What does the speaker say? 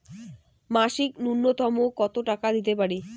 মাসিক নূন্যতম কত টাকা দিতে পারি?